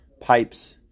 pipes